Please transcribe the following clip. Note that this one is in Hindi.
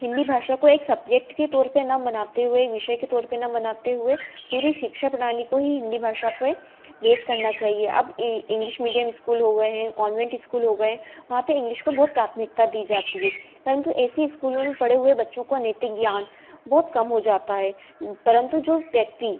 हिन्दी भाषा को एक सब्जेक्ट के तौर पर न मानते हुए विषय के तौर पर न मानते हुए पूरी शिक्षा प्रणाली को ही हिन्दी भाषा को एक बेस करना चाहिए अब इंग्लिश मीडियम स्कूल हो गए हैं कॉनवेंट स्कूल हो गए वहाँ पर इंग्लिश को बहुत प्राथमिकता दी जाती है परंतु ऐसे स्कूलों में पढ़े हुए बच्चों का नैतिक ज्ञान बहुत कम हो जाता है परंतु जो व्यक्ति